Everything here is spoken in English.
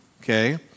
okay